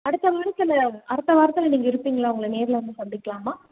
அடுத்த வாரத்தில் அடுத்த வாரத்தில் நீங்கள் இருப்பீங்களா உங்களை நேரில் வந்து சந்திக்கலாமா